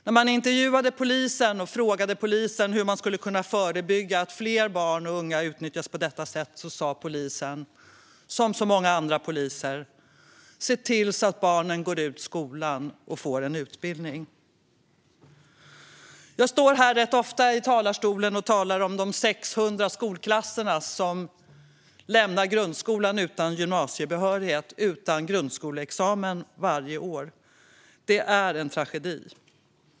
När man intervjuade en polis och frågade hur vi kan förebygga att fler barn och unga utnyttjas på detta sätt svarade polisen, som så många andra poliser: Se till att barnen går ut skolan och får en utbildning. Jag står rätt ofta här i talarstolen och talar om de 600 skolklasser som varje år lämnar grundskolan utan grundskoleexamen och gymnasiebehörighet. Det är en tragedi.